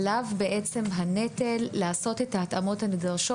עליו הנטל לעשות את ההתאמות הנדרשות